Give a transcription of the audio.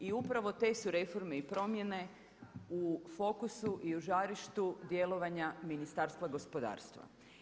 I upravo te su reforme i promjene u fokusu i u žarištu djelovanja Ministarstva gospodarstva.